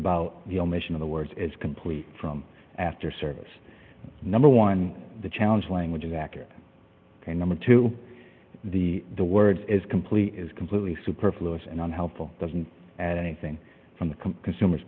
about the omission of the words as complete from after service number one the challenge language is accurate and number two the the word is complete is completely superfluous and unhelpful doesn't add anything from the co